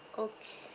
okay